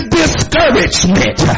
discouragement